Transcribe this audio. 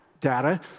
data